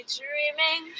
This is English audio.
dreaming